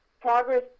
progress